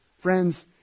Friends